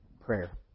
prayer